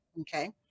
Okay